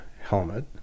helmet